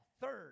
Third